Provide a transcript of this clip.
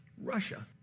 Russia